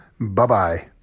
Bye-bye